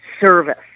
service